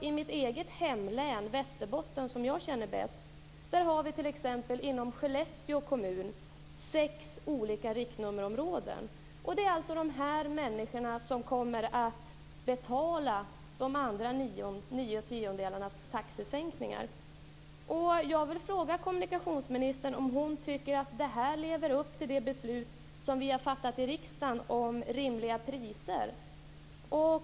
I mitt eget hemlän Västerbotten, som jag känner bäst, där har vi inom Skellefteå kommun sex olika riktnummerområden. Det är alltså de människorna som kommer att betala taxesänkningarna för de övriga nio tiondelarna. Jag vill fråga kommunikationsministern om hon tycker att detta lever upp till det beslut som vi har fattat i riksdagen om rimliga priser.